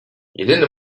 jedyny